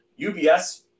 UBS